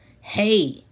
hey